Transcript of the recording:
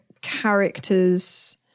characters